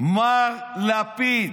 מר לפיד,